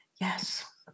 Yes